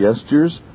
gestures